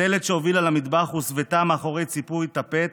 הדלת שהובילה למטבח הוסוותה מאחורי ציפוי טפט,